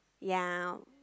ya